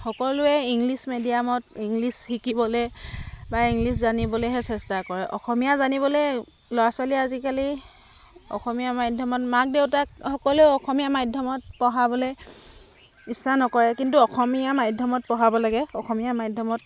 সকলোৱে ইংলিছ মেডিয়ামত ইংলিছ শিকিবলৈ বা ইংলিছ জানিবলৈহে চেষ্টা কৰে অসমীয়া জানিবলৈ ল'ৰা ছোৱালীয়ে আজিকালি অসমীয়া মাধ্যমত মাক দেউতাক সকলোৱে অসমীয়া মাধ্যমত পঢ়াবলৈ ইচ্ছা নকৰে কিন্তু অসমীয়া মাধ্যমত পঢ়াব লাগে অসমীয়া মাধ্যমত